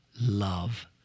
love